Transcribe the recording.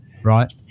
Right